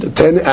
ten